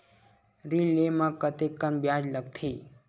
ऋण ले म कतेकन ब्याज लगथे?